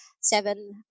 seven